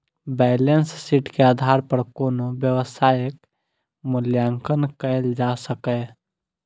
balance sheet के आधार पर कोनो व्यवसायक मूल्यांकन कैल जा सकैए